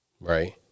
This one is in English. Right